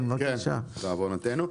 בעוונותינו.